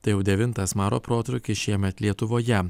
tai jau devintas maro protrūkis šiemet lietuvoje